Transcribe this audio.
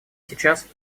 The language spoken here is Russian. сейчас